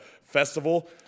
festival